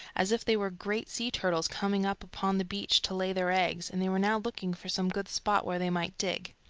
as if they were great sea-turtles coming up upon the beach to lay their eggs, and they were now looking for some good spot where they might dig.